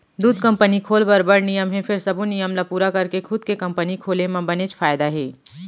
दूद कंपनी खोल बर बड़ नियम हे फेर सबो नियम ल पूरा करके खुद के कंपनी खोले म बनेच फायदा हे